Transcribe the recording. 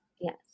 Yes